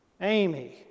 Amy